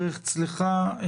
ודרך צלחה.